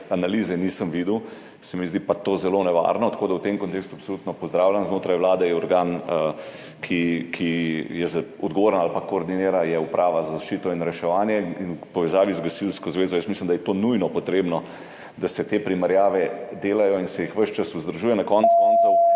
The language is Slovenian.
analize nisem videl, se mi zdi pa to zelo nevarno, tako da v tem kontekstu absolutno pozdravljam, znotraj Vlade je organ, ki je odgovoren za to ali pa to koordinira, to je Uprava za zaščito in reševanje, v povezavi z Gasilsko zvezo. Jaz mislim, da je nujno potrebno, da se delajo te primerjave in se jih ves čas vzdržuje. Na koncu koncev